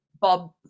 bob